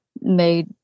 made